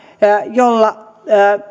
jolla